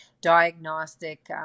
diagnostic